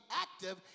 active